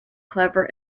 clever